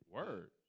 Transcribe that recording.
Word